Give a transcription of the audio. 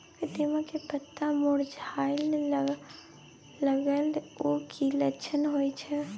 कदिम्मा के पत्ता मुरझाय लागल उ कि लक्षण होय छै?